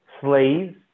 slaves